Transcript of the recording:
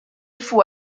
faut